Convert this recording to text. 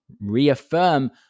reaffirm